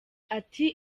ati